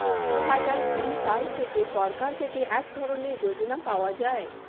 দুহাজার কুড়ি সাল থেকে সরকার থেকে এক ধরনের যোজনা পাওয়া যায়